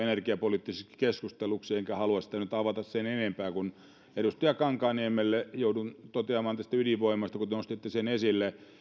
energiapoliittiseksi keskusteluksi enkä halua sitä nyt avata sen enempää kuin että edustaja kankaanniemelle joudun toteamaan tästä ydinvoimasta kun te nostitte sen esille